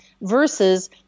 versus